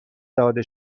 داده